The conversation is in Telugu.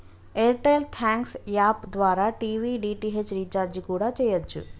ఎయిర్ టెల్ థ్యాంక్స్ యాప్ ద్వారా టీవీ డీ.టి.హెచ్ రీచార్జి కూడా చెయ్యచ్చు